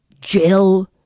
Jill